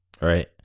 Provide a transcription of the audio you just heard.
right